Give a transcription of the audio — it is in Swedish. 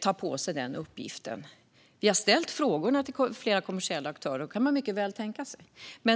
ta på sig den uppgiften? Vi har ställt frågan till flera kommersiella aktörer, och de kan mycket väl tänka sig det.